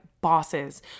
bosses